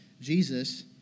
Jesus